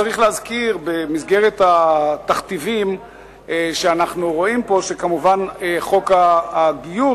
צריך להזכיר במסגרת התכתיבים שאנחנו רואים פה שכמובן חוק הגיור,